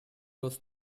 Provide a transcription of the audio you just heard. was